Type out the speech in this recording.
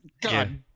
god